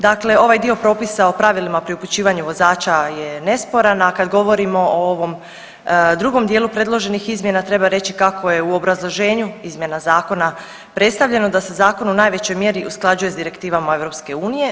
Dakle, ovaj dio propisa o pravilima pri upućivanju vozača je nesporan, a kad govorimo o ovom drugom dijelu predloženih izmjena treba reći kako je u obrazloženju izmjena zakona predstavljeno da se zakon u najvećoj mjeri usklađuje s direktivama EU.